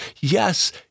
Yes